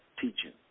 teaching